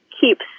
keeps